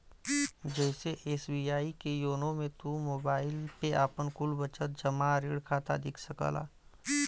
जइसे एस.बी.आई के योनो मे तू मोबाईल पे आपन कुल बचत, जमा, ऋण खाता देख सकला